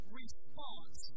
response